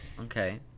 okay